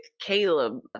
Caleb